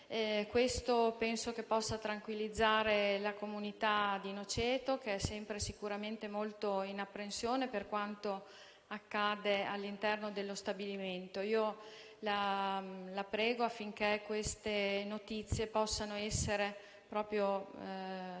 questo possa tranquillizzare la comunità di Noceto, che è sempre sicuramente molto in apprensione per quanto accade all'interno dello stabilimento. Io la prego affinché queste notizie possano essere diramate